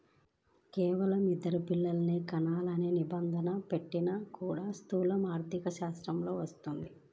కేవలం ఇద్దరు పిల్లలనే కనాలనే నిబంధన పెట్టడం కూడా స్థూల ఆర్థికశాస్త్రంలోకే వస్తది